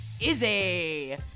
Izzy